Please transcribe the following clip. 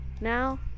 now